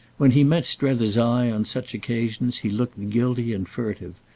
when he met strether's eye on such occasions he looked guilty and furtive,